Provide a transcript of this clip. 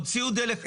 הוציאו דלק,